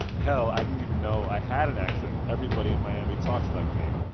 hell, i didn't even know i had an accent. everybody in miami talks like me.